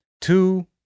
Two